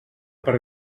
per